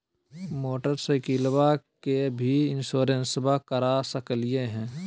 मोटरसाइकिलबा के भी इंसोरेंसबा करा सकलीय है?